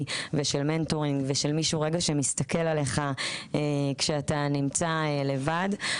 ושל מנטורים ושל מישהו שמסתכל עליך כשאתה נמצא לבד.